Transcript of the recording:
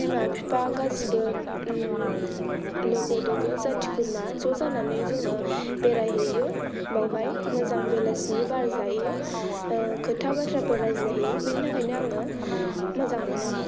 बिमा बिफा गासिबो लोगो दोगो जाथि खुरमा ज' जानानै जोङो बेरायहैयो बावहाय मोजां बेलासिनि बार जाहैयो खोथा बाथ्राबो रायज्लायहैयो बिनि थाखायनो आङो मोजां मोनो